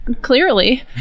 clearly